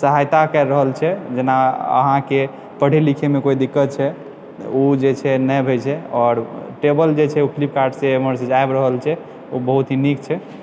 सहायता करि रहल छै जेना अहाँकेॅं पढ़ै लिखै मे कोइ दिक्कत छै तऽ ओ जे छै नहि अबै छै आओर टेबल जे छै ओ फ्लिपकार्ट से इम्हरसँ जे आबि रहल छै ओ बहुत ही नीक छै